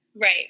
Right